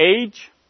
age